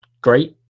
great